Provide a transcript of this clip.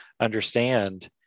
understand